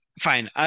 fine